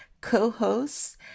co-hosts